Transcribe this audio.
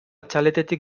txaletetik